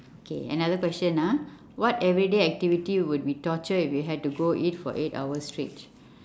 okay another question ah what everyday activity would be torture if you had to go it for eight hours straight